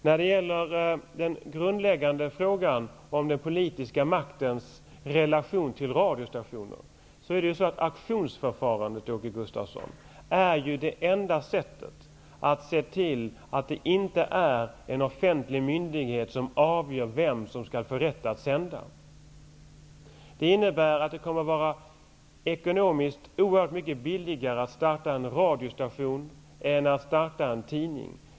När det gäller den grundläggande frågan om den politiska maktens relation till radiostationer är auktionsförfarandet, Åke Gustavsson, det enda sättet att se till att det inte är en offentlig myndighet som avgör vem som skall få rätt att sända. Det innebär att det kommer att vara oerhört mycket billigare att starta en radiostation än att starta en tidning.